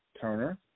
Turner